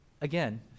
Again